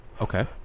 Okay